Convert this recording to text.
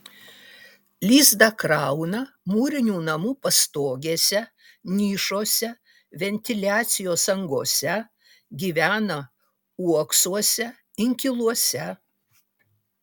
lizdą krauna mūrinių namų pastogėse nišose ventiliacijos angose gyvena uoksuose inkiluose